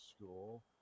school